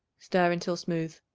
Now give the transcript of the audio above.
stir until smooth.